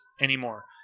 anymore